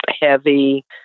heavy